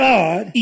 God